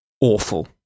awful